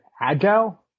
agile